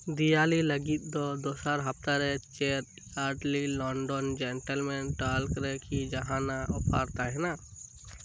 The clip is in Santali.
ᱫᱤᱭᱟᱞᱤ ᱞᱟᱹᱜᱤᱫ ᱫᱚ ᱫᱚᱥᱟᱨ ᱦᱟᱯᱛᱟᱨᱮ ᱪᱮᱫ ᱦᱟᱨᱰᱞᱤ ᱞᱚᱱᱰᱚᱱ ᱡᱮᱱᱴᱮᱞᱢᱮᱱ ᱴᱟᱞᱠ ᱨᱮ ᱠᱤ ᱡᱟᱦᱟᱸᱱᱟᱜ ᱚᱯᱷᱟᱨ ᱛᱟᱸᱦᱮᱱᱟ